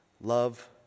love